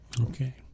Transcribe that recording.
Okay